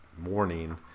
morning